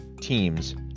teams